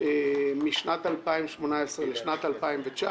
משנת 2018 לשנת 2019